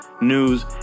news